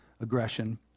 aggression